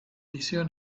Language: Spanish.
liceo